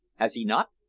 has he not?